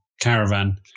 caravan